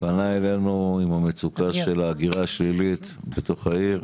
פנה אלינו עם מצוקה של הגירה שלילית לעיר.